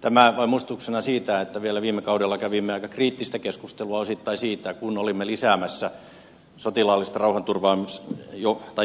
tämä vain muistutuksena siitä että vielä viime kaudella kävimme osittain aika kriittistä keskustelua siitä kun olimme lisäämässä